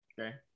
Okay